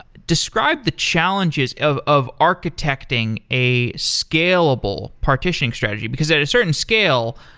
describe the challenges of of architecting a scalable partitioning strategy, because at a certain scale,